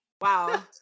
Wow